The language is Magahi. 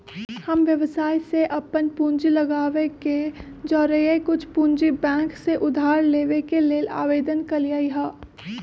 हम व्यवसाय में अप्पन पूंजी लगाबे के जौरेए कुछ पूंजी बैंक से उधार लेबे के लेल आवेदन कलियइ ह